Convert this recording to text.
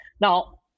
Now